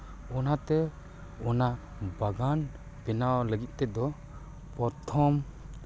ᱚᱱᱟᱛᱮ ᱚᱱᱟ ᱵᱟᱜᱟᱱ ᱵᱮᱱᱟᱣ ᱞᱟᱹᱜᱤᱫ ᱛᱮᱫᱚ ᱯᱚᱨᱛᱷᱚᱢ